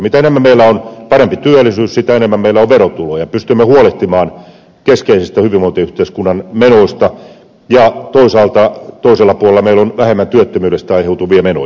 mitä parempi työllisyys meillä on sitä enemmän meillä on verotuloja pystymme huolehtimaan keskeisistä hyvinvointiyhteiskunnan menoista ja toisaalta meillä on vähemmän työttömyydestä aiheutuvia menoja